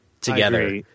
together